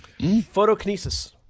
Photokinesis